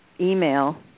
email